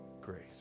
grace